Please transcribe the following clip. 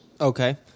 Okay